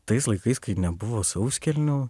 tais laikais kai nebuvo sauskelnių